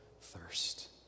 thirst